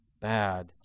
bad